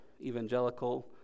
evangelical